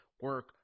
work